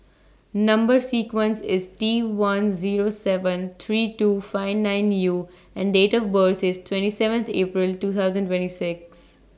Number sequence IS T one Zero seven three two five nine U and Date of birth IS twenty seventh April two thousand twenty six